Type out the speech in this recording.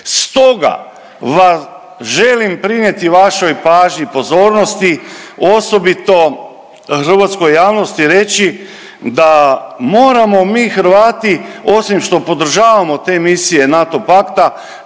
Stoga želim prinijeti vašoj pažnji i pozornosti osobito hrvatskoj javnosti reći da moramo mi Hrvati osim što podržavamo te misije NATO pakta